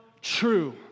true